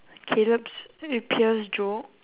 caleb's ear pierce joke